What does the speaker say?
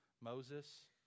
Moses